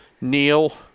Neil